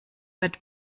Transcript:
wird